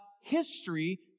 history